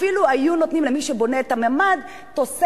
אפילו היו נותנים למי שבונה את הממ"ד, תמריצים.